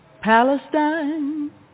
Palestine